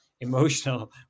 emotional